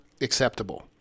acceptable